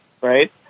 Right